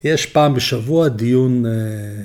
‫יש פעם בשבוע דיון...